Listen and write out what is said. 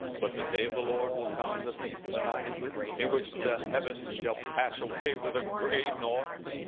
but the day of the lord will come as a thief in the night in which the heavens shall pass away with a great noise,